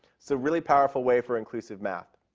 so really powerful way for inclusive math.